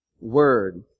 word